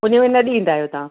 उन्हीअ में न ॾींदा आहियो तव्हां